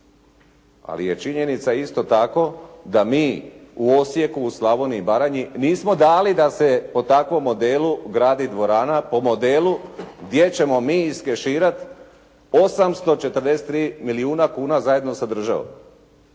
Ali je činjenica isto tako da mi u Osijeku u Slavoniji i Baranji nismo dali da se po takvom modelu gradi dvorana, po modelu gdje ćemo mi iskeširati 843 milijuna kuna zajedno sa državom.